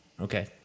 Okay